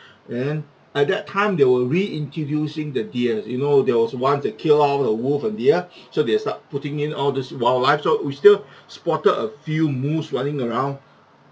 and then at that time they were re-introducing the deer you know there was once they kill all the wolf and deer so they uh start putting in all these wildlife so we still spotted a few moose running around